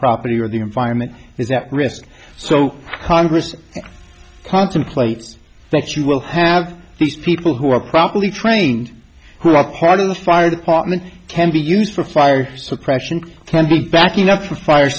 property or the environment is that risk so congress contemplates that you will have these people who are properly trained who are part of the fire department can be used for fire suppression back enough for fire